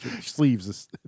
sleeves